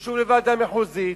ושוב לוועדה מחוזית,